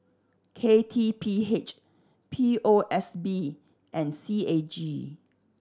K T P H P O S B and C A G